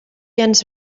ens